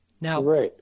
Now